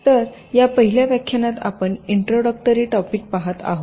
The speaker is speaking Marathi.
तर या पहिल्या व्याख्यानात आपण इंट्रोडक्टरी टॉपिक पाहत आहोत